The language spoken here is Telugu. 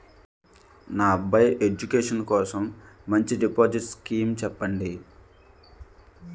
నా అబ్బాయి ఎడ్యుకేషన్ కోసం మంచి డిపాజిట్ స్కీం చెప్పండి